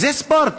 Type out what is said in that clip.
זה ספורט.